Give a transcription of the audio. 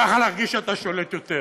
ככה להרגיש שאתה שולט יותר.